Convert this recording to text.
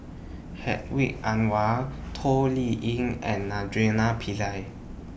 Hedwig Anuar Toh Liying and Naraina Pillai